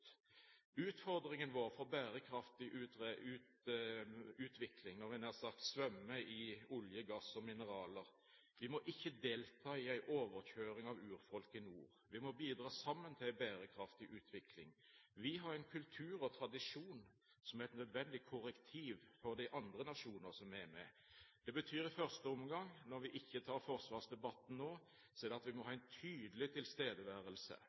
Utfordringen vår for en bærekraftig utvikling, når en nær sagt svømmer i olje, gass og mineraler, er at vi ikke må ikke delta i en overkjøring av urfolket i nord. Vi må bidra sammen til en bærekraftig utvikling. Vi har en kultur og tradisjon som er et nødvendig korrektiv for de andre nasjonene som er med. Det betyr i første omgang, når vi ikke tar forsvarsdebatten nå, at vi må ha en tydelig tilstedeværelse.